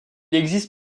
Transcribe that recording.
existe